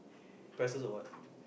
prices of what